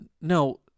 No